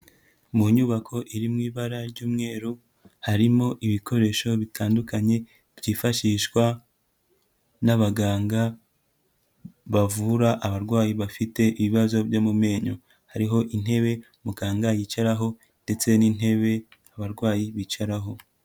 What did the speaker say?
Mu nyubako iri mu ibara ry'umweru, harimo ibikoresho bitandukanye byifashishwa n'abaganga bavura abarwayi bafite ibibazo byo mu menyo, hariho intebe muganga yicaraho ndetse n'intebe abarwayi bicaraho.